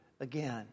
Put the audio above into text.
again